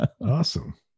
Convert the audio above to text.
Awesome